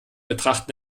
betrachten